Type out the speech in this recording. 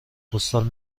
پستال